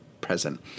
present